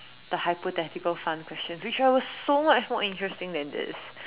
the hypothetical fun questions which was so much more interesting than this